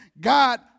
God